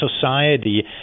society